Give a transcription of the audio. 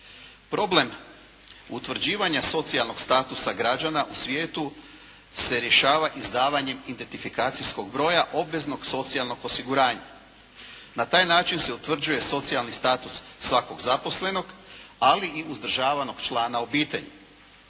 Problem utvrđivanja socijalnog statusa građana u svijetu se rješava izdavanjem identifikacijskog broja obveznog socijalnog osiguranja. Na taj način se utvrđuje socijalni status svakog zaposlenog, ali i uzdržavanog člana obitelji.